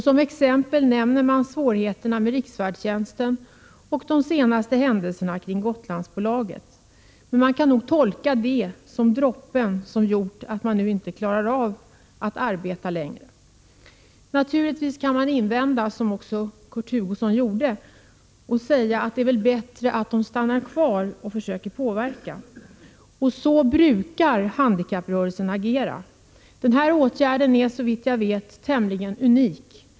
Som exempel nämns svårigheterna med riksfärdtjänsten och de senaste händelserna kring Gotlandsbolaget. Det kan nog tolkas som droppen som kom bägaren att rinna över så att man inte längre kan delta i arbetet. Naturligtvis kan man invända, vilket Kurt Hugosson också gjorde, och säga att det väl är bättre att stanna och försöka påverka, och så brukar handikapprörelsen agera. Denna åtgärd är såvitt jag vet tämligen unik.